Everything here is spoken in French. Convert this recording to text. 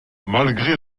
malgré